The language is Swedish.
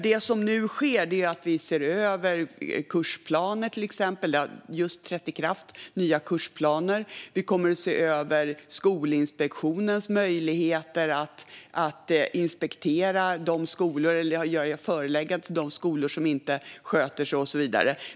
Det som nu sker är att vi ser över till exempel kursplaner. Nya kursplaner har precis trätt i kraft. Vi kommer att se över Skolinspektionens möjligheter att inspektera skolor, göra förelägganden till de skolor som inte sköter sig och så vidare.